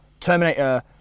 Terminator